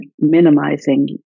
minimizing